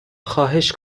خواهش